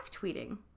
tweeting